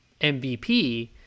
mvp